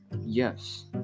yes